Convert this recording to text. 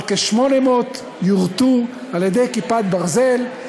אבל כ-800 יורטו על-ידי "כיפת ברזל".